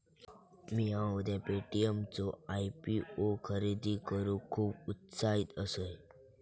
मिया उद्या पे.टी.एम चो आय.पी.ओ खरेदी करूक खुप उत्साहित असय